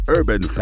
Urban